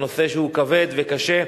זה נושא שהוא כבד וקשה,